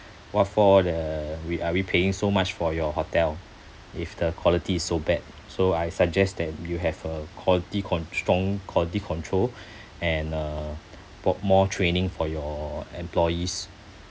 what for the we are we paying so much for your hotel if the quality is so bad so I suggest that you have a quality con~ strong quality control and uh for more training for your employees